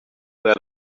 that